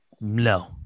No